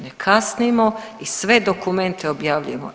Ne kasnimo i sve dokumente objavljujemo.